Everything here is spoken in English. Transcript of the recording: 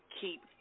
keep